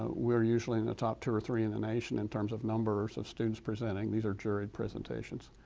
we're usuallly in the top two or three in the nation in terms of numbers of students presenting, these are jury presentations.